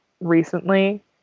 recently